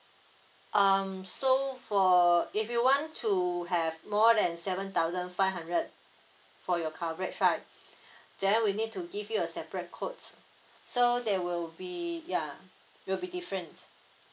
um so for if you want to have more than seven thousand five hundred for your coverage right then we need to give you a separate coach so they will be ya will be different